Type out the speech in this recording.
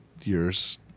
years